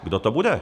Kdo to bude?